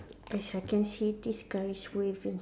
yes I can see this guy is waving